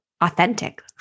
authentic